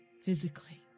physically